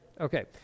Okay